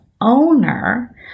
owner